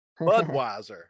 Budweiser